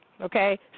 Okay